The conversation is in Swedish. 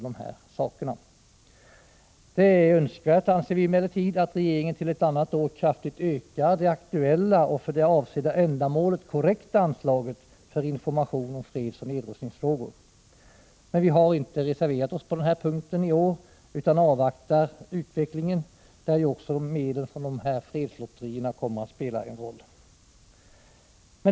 Det är önskvärt, anser vi emellertid, att regeringen till ett annat år kraftigt ökar det aktuella och för det avsedda ändamålet korrekta anslaget för information om fredsoch nedrustningsfrågor. Vi har inte reserverat oss på den här punkten i år utan avvaktar utvecklingen, där ju också medlen från fredslotterierna kommer att spela en roll.